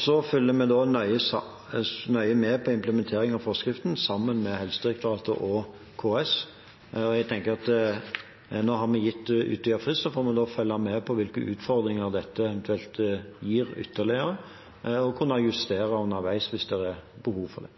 Så følger vi nøye med på implementeringen av forskriften, sammen med Helsedirektoratet og KS. Jeg tenker at nå har vi gitt en frist, og så får en følge med på hvilke utfordringer dette eventuelt gir ytterligere, for å kunne justere underveis hvis det er behov for det.